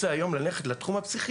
מי רוצה ללכת היום לתחום הפסיכיאטרי,